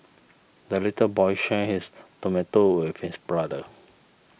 the little boy shared his tomato with his brother